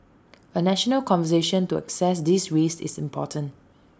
A national conversation to assess these risks is important